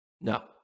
No